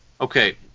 Okay